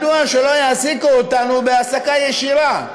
מדוע לא יעסיקו אותנו בהעסקה ישירה?